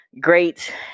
great